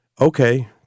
okay